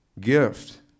gift